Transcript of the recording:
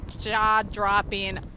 jaw-dropping